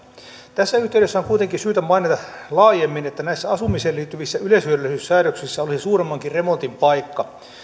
tässä yhteydessä on kuitenkin syytä mainita laajemmin että näissä asumiseen liittyvissä yleishyödyllisyyssäädöksissä olisi suuremmankin remontin paikka